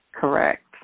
Correct